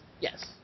yes